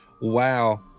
Wow